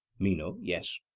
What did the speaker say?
meno yes.